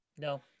No